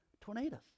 Tornadoes